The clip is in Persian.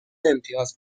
امتیاز